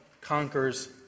conquers